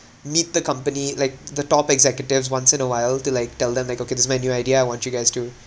meet the company like the top executives once in a while to like tell them like okay this is my new idea I want you guys to